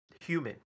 human